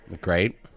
Great